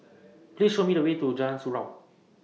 Please Show Me The Way to Jalan Surau